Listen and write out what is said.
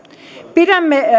pidämme